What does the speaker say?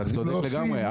אתה צודק לגמרי,